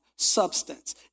substance